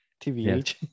TVH